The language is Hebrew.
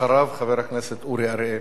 אחריו, חבר הכנסת אורי אריאל,